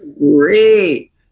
great